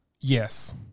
yes